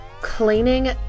cleaning